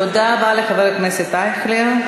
תודה רבה לחבר הכנסת אייכלר.